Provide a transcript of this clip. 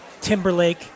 Timberlake